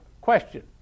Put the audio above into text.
question